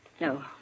No